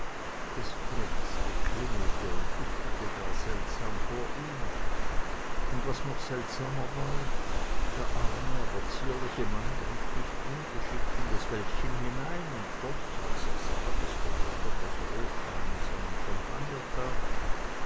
das glänzte klingelte und duftete gar seltsam vor ihm und was noch seltsamer war der arme aber zierliche mann griff nicht ungeschickt in das wäldchen hinein und goß als er sah daß der wirt etwas rotwein in seinen champagner tat